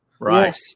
Right